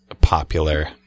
popular